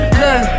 look